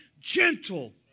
gentle